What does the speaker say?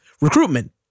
recruitment